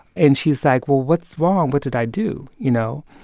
and she's like, well, what's wrong? what did i do, you know?